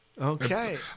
Okay